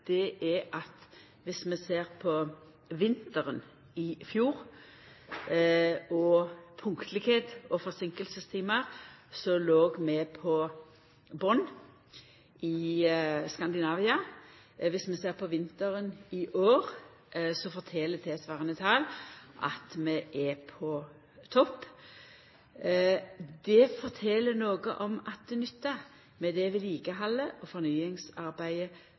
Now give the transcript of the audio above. at om vi ser på vinteren i fjor – punktlegheit og forseinkingstimar – så låg vi på botn i Skandinavia. Om vi ser på vinteren i år, så fortel tilsvarande tal at vi er på topp. Det fortel noko om at det nyttar med det vedlikehaldet og det fornyingsarbeidet